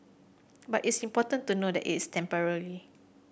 but it's important to know that it's temporary